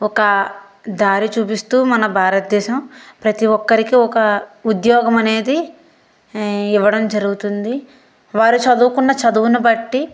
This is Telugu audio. ఒక దారి చూపిస్తూ మన భారతదేశం ప్రతి ఒక్కరికి ఒక ఉద్యోగమనేది ఇవ్వడం జరుగుతుంది వారు చదువుకున్న చదువును బట్టి